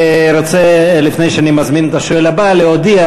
לפני שאני מזמין את השואל הבא אני רק רוצה להודיע: